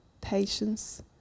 patience